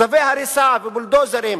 צווי הריסה ובולדוזרים,